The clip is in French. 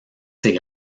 ces